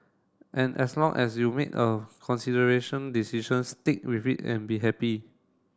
and as long as you made a consideration decision stick with it and be happy